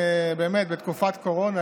בתקופת קורונה,